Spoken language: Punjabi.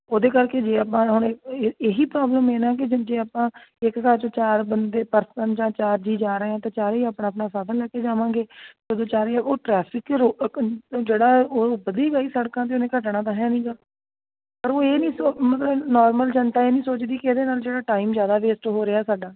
ਉਹਦੇ ਕਰਕੇ ਜੇ ਆਪਾਂ ਹੁਣ ਇਹ ਇਹੀ ਪ੍ਰੋਬਲਮ ਹੈ ਨਾ ਕੇ ਜੇ ਜੇ ਆਪਾਂ ਇੱਕ ਘਰ 'ਚੋਂ ਚਾਰ ਬੰਦੇ ਪਰਸਨ ਜਾਂ ਚਾਰ ਜੀਅ ਜਾ ਰਹੇ ਹਾਂ ਤਾਂ ਚਾਰੇ ਹੀ ਆਪਣਾ ਆਪਣਾ ਸਾਧਨ ਲੈ ਕੇ ਜਾਵਾਂਗੇ ਜਦੋਂ ਚਾਰੇ ਉਹ ਟਰੈਫਿਕ ਜਿਹੜਾ ਉਹ ਵਧੀ ਪਈ ਸੜਕਾਂ 'ਤੇ ਉਹਨੇ ਘਟਨਾ ਤਾਂ ਹੈ ਨਹੀਂ ਹੈਗਾ ਪਰ ਉਹ ਇਹ ਨਹੀ ਸੋ ਮਤਲਬ ਨੋਰਮਲ ਜਨਤਾ ਇਹ ਨਹੀਂ ਸੋਚਦੀ ਕਿ ਇਹਦੇ ਨਾਲ ਜਿਹੜਾ ਟਾਈਮ ਜ਼ਿਆਦਾ ਵੇਸਟ ਹੋ ਰਿਹਾ ਸਾਡਾ